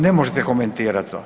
Ne možete komentirati to.